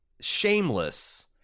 shameless